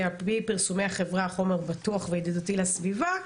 ועל פי פרסומי החברה החומר בטוח וידידותי לסביבה,